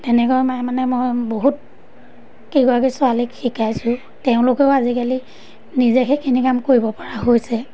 তেনেকৈ মানে মানে মই বহুত কেইগৰাকী ছোৱালীক শিকাইছোঁ তেওঁলোকেও আজিকালি নিজে সেইখিনি কাম কৰিবপৰা হৈছে